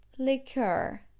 Liqueur